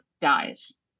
dies